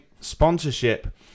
sponsorship